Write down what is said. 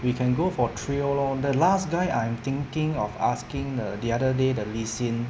we can go for trail lor the last guy I'm thinking of asking the the other day the li xin